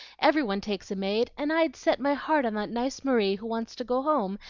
every one takes a maid, and i'd set my heart on that nice marie who wants to go home,